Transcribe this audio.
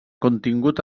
contingut